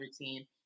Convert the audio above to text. routine